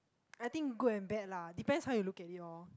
I think good and bad lah depends how you look at it lor